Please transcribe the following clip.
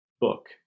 book